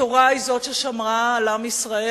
התורה היא זאת ששמרה על עם ישראל,